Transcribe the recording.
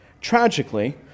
Tragically